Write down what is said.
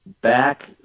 back